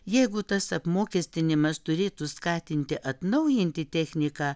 jeigu tas apmokestinimas turėtų skatinti atnaujinti techniką